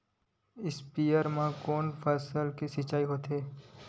स्पीयर म कोन फसल के सिंचाई होथे?